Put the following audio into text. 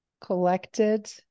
collected